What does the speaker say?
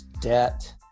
debt